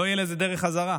לא תהיה דרך חזרה.